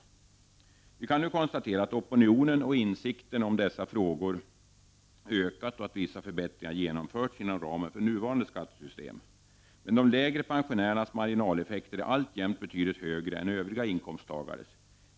Vi kan nu konstatera att opinionen och insikten om dessa frågor ökat och att vissa förbättringar genomförts inom ramen för nuvarande skattesystem. Men de lägre pensionärernas marginaleffekter är alltjämt betydligt högre än Övriga inkomsttagares.